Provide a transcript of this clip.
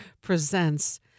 presents